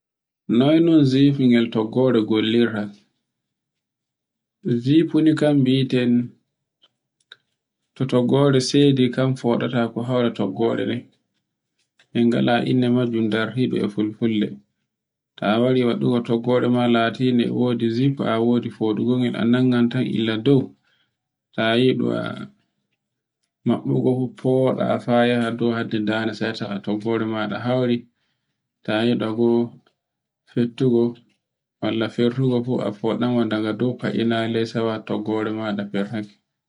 Noy no zifi ngol toggore gollirta. Zifi ni kan biten, to toggore sedi kan foɗaata ko haura toggore nden. En gala inde majjum dartiɗun e fulfulde. Ta wari waɗire toggore maɗa latinde e wodi zif, a wodi foɗugo ngel a nanga illa dow, tayi go maɗɗugo ngon goɗa ta hadde dande sai tawa toggore maɗa hauri. ta yiɗi go fittungo, walla firtugo fu a foɗango daga dow fa'ina ley tawa toggore maɗa firtake.